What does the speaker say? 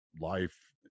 life